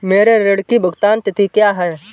मेरे ऋण की भुगतान तिथि क्या है?